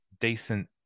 decent